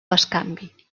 bescanvi